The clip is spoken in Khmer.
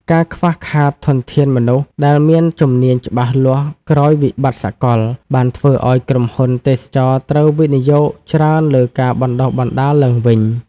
ការខ្វះខាតធនធានមនុស្សដែលមានជំនាញច្បាស់លាស់ក្រោយវិបត្តិសកល បានធ្វើឱ្យក្រុមហ៊ុនទេសចរណ៍ត្រូវវិនិយោគច្រើនលើការបណ្តុះបណ្តាលឡើងវិញ។